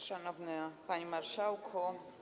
Szanowny Panie Marszałku!